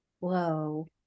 Whoa